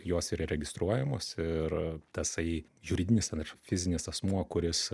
jos yra registruojamos ir tasai juridinis ar fizinis asmuo kuris